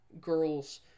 girls